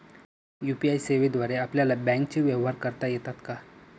UPI सेवेद्वारे आपल्याला बँकचे व्यवहार करता येतात का?